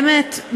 באמת,